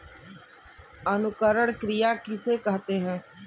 अंकुरण क्रिया किसे कहते हैं?